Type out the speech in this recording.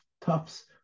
toughs